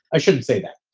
i shouldn't say that.